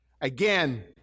Again